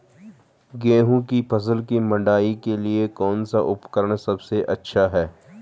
गेहूँ की फसल की मड़ाई के लिए कौन सा उपकरण सबसे अच्छा है?